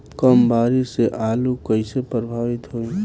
कम बारिस से आलू कइसे प्रभावित होयी?